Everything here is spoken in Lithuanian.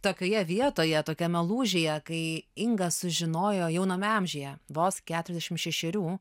tokioje vietoje tokiame lūžyje kai inga sužinojo jauname amžiuje vos keturiasdešim šešerių